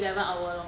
eleven hour 咯